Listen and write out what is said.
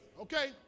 Okay